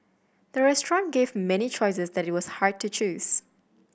the restaurant gave many choices that it was hard to choose